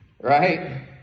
right